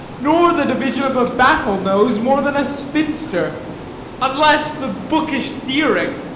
nor the division of a battle knows more than a spinster unless the bookish theoric,